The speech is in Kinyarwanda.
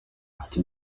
nshuti